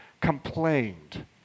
complained